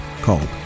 called